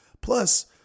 Plus